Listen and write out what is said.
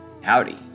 Howdy